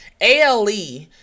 ALE